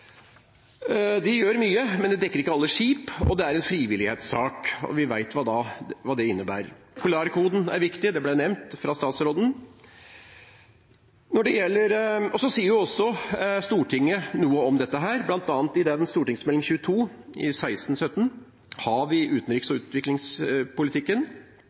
De gjør mye, men det dekker ikke alle skip, og det er en frivillighetssak. Vi vet hva det innebærer. Polarkoden er også viktig og ble nevnt av statsråden. Også Stortinget sier noe om dette, bl.a. i innstillingen til Meld. St. 22 for 2016–2017, Hav i utenriks- og utviklingspolitikken: «Komiteen viser til at internasjonal skipstransport ikke har